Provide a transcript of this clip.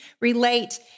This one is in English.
relate